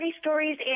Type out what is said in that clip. stories